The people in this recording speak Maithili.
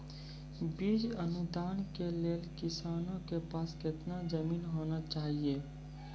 बीज अनुदान के लेल किसानों के पास केतना जमीन होना चहियों?